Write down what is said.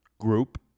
group